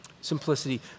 Simplicity